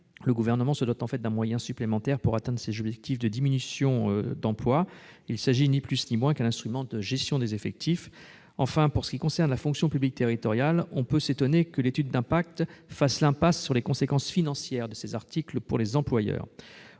le Gouvernement se dote en fait d'un moyen supplémentaire pour atteindre ses objectifs de diminution de l'emploi public. Il s'agit, ni plus ni moins, d'un instrument de gestion des effectifs. Enfin, pour ce qui concerne la fonction publique territoriale, on peut s'étonner que l'étude d'impact ait fait l'impasse sur les conséquences financières de ces articles pour les employeurs.